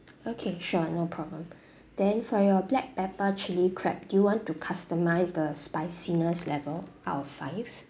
okay sure no problem then for your black pepper chili crab do you want to customize the spiciness level out of five